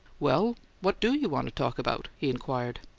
well, what do you want to talk about? he inquired.